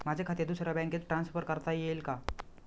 माझे खाते दुसऱ्या बँकेत ट्रान्सफर करता येईल का?